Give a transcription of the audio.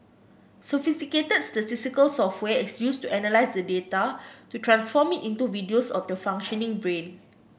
sophisticated statistical software is used to analyse the data to transform it into videos of the functioning brain